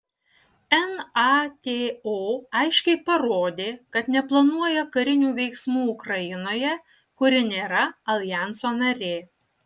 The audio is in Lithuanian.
nato aiškiai parodė kad neplanuoja karinių veiksmų ukrainoje kuri nėra aljanso narė